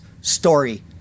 story